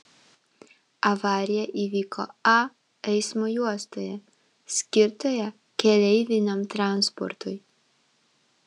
avarija įvyko a eismo juostoje skirtoje keleiviniam transportui